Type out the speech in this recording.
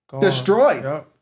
destroyed